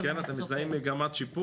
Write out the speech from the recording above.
כן, אתם מזהים מגמת שיפור?